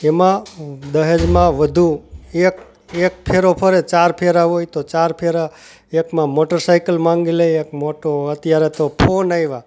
એમાં દહેજમાં વધુ એક એક ફેરો ફરે ચાર ફેરા હોય તો ચાર ફેરા એકમાં મોટર સાઈકલ માંગી લે એક મોટો અત્યારે તો ફોન આવ્યા